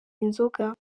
inzoga